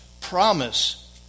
promise